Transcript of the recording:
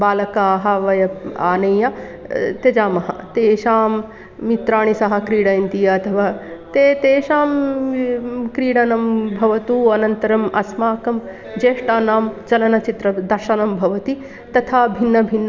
बालकाः वयम् आनय त्यजामः तेषां मित्रैः सह क्रीडयन्ति अथवा ते तेषां क्रीडनं भवतु अनन्तरम् अस्माकं ज्येष्ठानां चलनचित्रदर्शनं भवति तथा भिन्न भिन्न